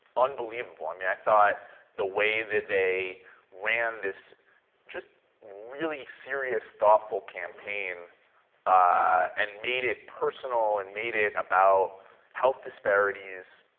unbelievable. i mean i thought the wave that they ran this just really serious thoughtful campaign and made it personal, and made it about health disparities,